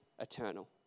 eternal